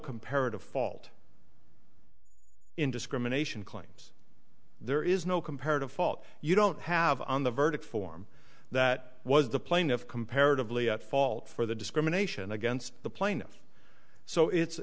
comparative fault in discrimination claims there is no comparative fault you don't have on the verdict form that was the plaintiff comparatively at fault for the discrimination against the plaintiff so it's